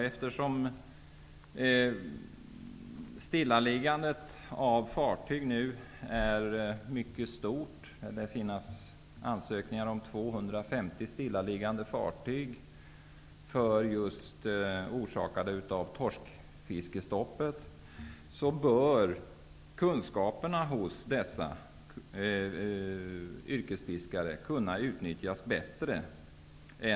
Eftersom antalet stillaliggande fartyg nu är mycket omfattande -- det lär finnas ansökningar om 250 stillaliggande fartyg orsakade av torskfiskestoppet -- bör kunskaperna hos dessa yrkesfiskare kunna utnyttjas bättre.